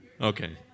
okay